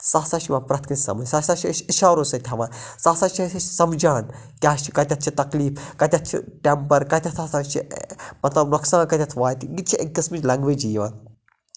سۄ ہَسا چھِ یِوان پرٛٮ۪تھ کٲنسہِ سَمٕجھ سُہ ہَسا چھِ أسۍ اِشارو سۭتۍ تھاوان سُہ ہَسا چھِ أسۍ سمجان کیاہ چھُ کَتٮ۪تھ چھِ تکلیٖف کَتٮ۪تھ چھِ ٹٮ۪مپَر کَتٮ۪تھ ہَسا چھِ مطلب نۄقصان کَتٮ۪تھ واتہِ یہِ تہِ چھِ اَکہِ قسمٕچ لینگویٚجی یِوان